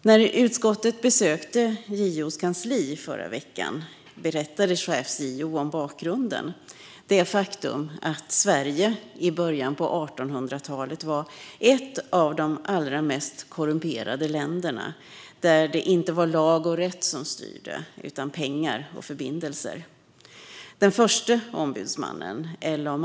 När utskottet i förra veckan besökte JO:s kansli berättade chefs-JO om bakgrunden: det faktum att Sverige i början av 1800-talet var ett av de allra mest korrumperade länderna, där det inte var lag och rätt som styrde utan pengar och förbindelser. Den förste ombudsmannen - L.A.